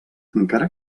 encara